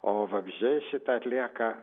o vabzdžiai šitą atlieka